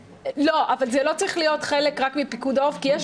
אבל זה לא צריך להיות חלק רק מפיקוד העורף כי יש